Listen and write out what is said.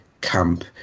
camp